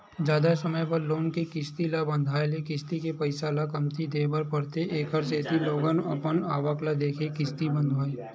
जादा समे बर लोन के किस्ती ल बंधाए ले किस्ती के पइसा ल कमती देय बर परथे एखरे सेती लोगन अपन आवक ल देखके किस्ती ल बंधवाथे